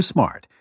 Smart